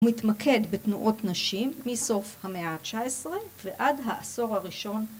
מתמקד בתנועות נשים מסוף המאה ה-19 ועד העשור הראשון.